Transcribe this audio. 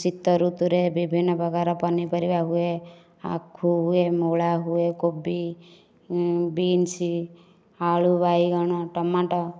ଶୀତ ଋତୁରେ ବିଭିନ୍ନ ପ୍ରକାର ପନିପରିବା ହୁଏ ଆଖୁ ହୁଏ ମୂଳା ହୁଏ କୋବି ବିନ୍ସ୍ ଆଳୁ ବାଇଗଣ ଟମାଟ